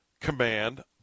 command